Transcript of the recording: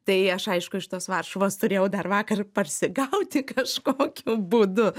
tai aš aišku iš tos varšuvos turėjau dar vakar parsigauti kažkokiu būdu